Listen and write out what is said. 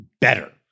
better